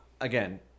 Again